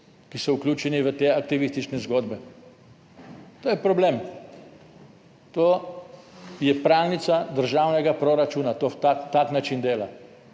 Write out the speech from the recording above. ki so vključeni v te aktivistične zgodbe. To je problem, to je pralnica državnega proračuna tak način dela.